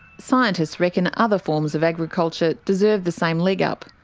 scientists reckon other forms of agriculture deserve the same leg up.